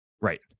Right